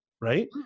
Right